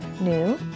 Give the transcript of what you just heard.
New